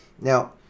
Now